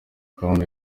com